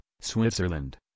Switzerland